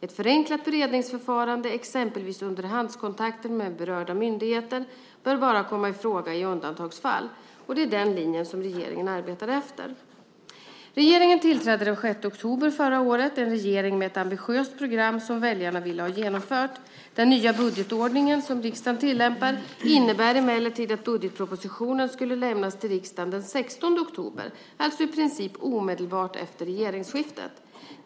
Ett förenklat beredningsförfarande, exempelvis underhandskontakter med berörda myndigheter, bör bara komma i fråga i undantagsfall. Det är denna linje som regeringen arbetar efter. Regeringen tillträdde den 6 oktober förra året. Det är en regering med ett ambitiöst program som väljarna ville ha genomfört. Den nya budgetordningen som riksdagen tillämpar innebär emellertid att budgetpropositionen skulle lämnas till riksdagen den 16 oktober, alltså i princip omedelbart efter regeringsskiftet.